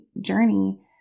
journey